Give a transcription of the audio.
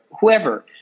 whoever